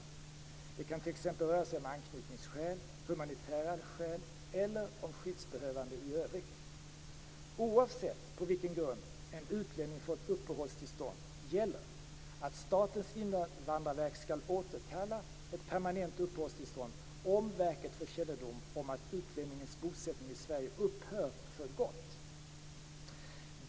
Det kan t.ex. röra sig om anknytningsskäl, humanitära skäl eller om skyddsbehövande i övrigt. Oavsett på vilken grund en utlänning fått uppehållstillstånd gäller att Statens invandrarverk skall återkalla ett permanent uppehållstillstånd om verket får kännedom om att utlänningens bosättning i Sverige upphör för gott.